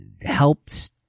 helps